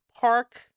park